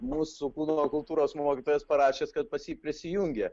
mūsų kūno kultūros mokytojas parašęs kad pas jį prisijungė